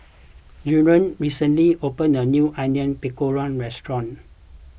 Jarrell recently opened a new Onion Pakora restaurant